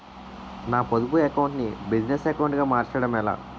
నా పొదుపు అకౌంట్ నీ బిజినెస్ అకౌంట్ గా మార్చడం ఎలా?